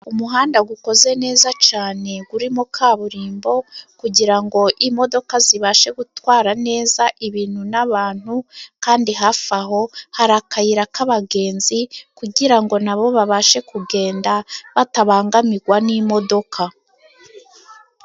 Umuhanda gukoze neza cane, gurimo kaburimbo kugirango imodoka zibashe gutwara neza ibintu n'abantu, kandi hafi aho hari akayira k'abagenzi kugirango nabo babashe kugenda batabangamigwa n'imodoka.